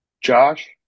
Josh